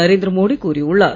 நரேந்திர மோடி கூறியுள்ளார்